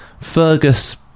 Fergus